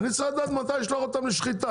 הוא צריך לדעת מתי לשלוח אותם לשחיטה,